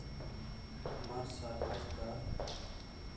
ᱢᱟᱨᱥᱟᱞ ᱦᱟᱸᱥᱫᱟ